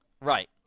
Right